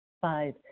Five